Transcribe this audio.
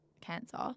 cancer